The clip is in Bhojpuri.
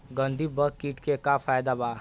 गंधी बग कीट के का फायदा बा?